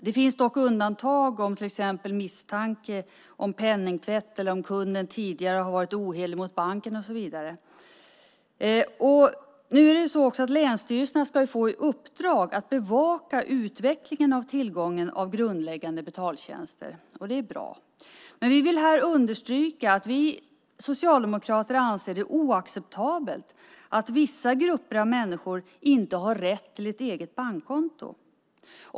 Det finns undantag om det finns misstanke om penningtvätt eller om kunden tidigare har varit ohederlig mot banken och så vidare. Länsstyrelserna ska ju få i uppdrag att bevaka utvecklingen av tillgången till grundläggande betaltjänster. Det är bra. Vi socialdemokrater vill understryka att vi anser att det är oacceptabelt att vissa grupper av människor inte har rätt till ett eget bankkonto.